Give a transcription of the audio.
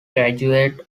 graduate